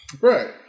Right